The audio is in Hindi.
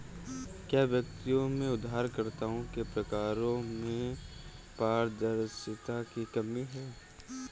क्या व्यक्तियों में उधारकर्ताओं के प्रकारों में पारदर्शिता की कमी है?